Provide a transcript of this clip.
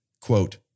quote